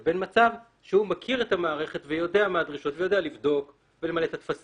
לבין מצב שהוא מכיר את המערכת ודרישותיה ויודע לבדוק ולמלא